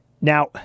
Now